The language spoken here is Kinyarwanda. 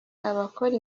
abakora